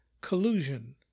Collusion